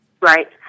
Right